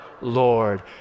Lord